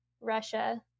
Russia